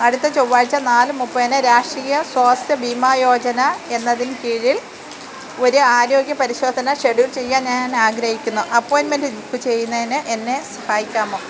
അടുത്ത ചൊവ്വാഴ്ച നാല് മുപ്പതിന് രാഷ്ട്രീയ സ്വാസ്ഥ്യ ബീമാ യോജന എന്നതിന് കീഴിൽ ഒരു ആരോഗ്യ പരിശോധന ഷെഡ്യൂൾ ചെയ്യാൻ ഞാൻ ആഗ്രഹിക്കുന്നു അപ്പോയിൻറ്റ്മെൻ്റ് ബുക്ക് ചെയ്യുന്നതിന് എന്നെ സഹായിക്കാമോ